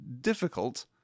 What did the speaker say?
difficult